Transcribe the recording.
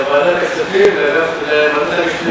לוועדת הכספים, לוועדת המשנה.